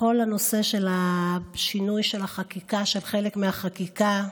כל השינוי של חלק מהחקיקה,